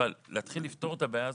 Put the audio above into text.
אבל להתחיל לפתור את הבעיה הזאת,